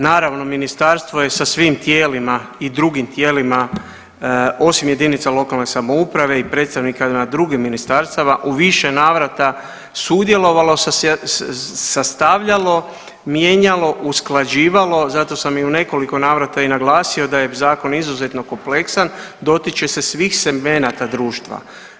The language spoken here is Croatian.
Naravno ministarstvo je sa svim tijelima i drugim tijelima osim jedinica lokalne samouprave i predstavnika drugih ministarstava u više navrata sudjelovalo, sastavljalo, mijenjalo, usklađivalo zato sam i u nekoliko navrata i naglasio da je zakon izuzetno kompleksan, dotiče se svih segmenata društva.